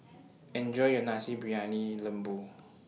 Enjoy your Nasi Briyani Lembu